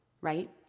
right